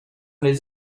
les